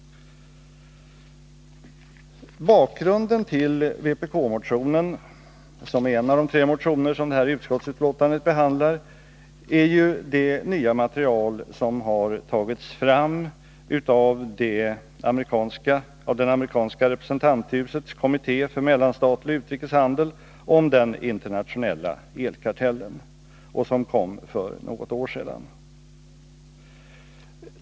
Bakgrunden till vpk-motionen, som är en av de tre motioner som det här utskottsbetänkandet behandlar, är det nya material som har tagits fram av det amerikanska representanthusets kommitté för mellanstatlig och utrikes handel om den internationella elkartellen och som kom för något år sedan.